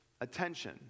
attention